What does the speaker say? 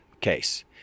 case